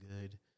good